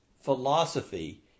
philosophy